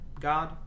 God